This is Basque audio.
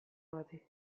bati